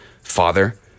father